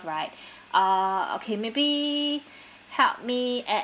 right uh okay maybe help me add